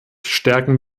stärken